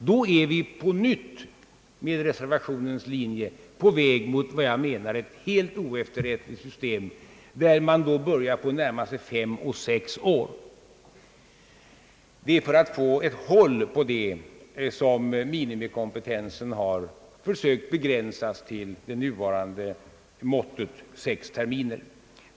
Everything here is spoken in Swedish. Då är vi med reservationens linje på nytt på väg mot vad jag anser vara ett helt oefterrättligt system, där man börjar närma sig en tid på fem och sex år. Det är för att få ett håll på detta som man har försökt begränsa minimikompetensen till det nuvarande måttet sex terminer.